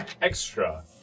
extra